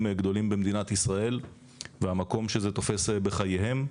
גדולים במדינת ישראל והמקום שזה תופס בחייהם,